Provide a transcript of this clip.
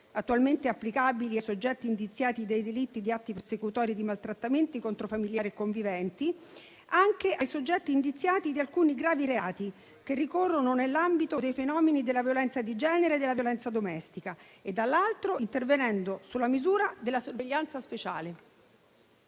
attualmente applicabili ai soggetti indiziati dei delitti di atti persecutori e di maltrattamenti contro familiari e conviventi anche ai soggetti indiziati di alcuni gravi reati che ricorrono nell'ambito dei fenomeni della violenza di genere e della violenza domestica e, dall'altro, intervenendo sulla misura della sorveglianza speciale.